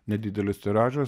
nedidelis tiražas